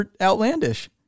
outlandish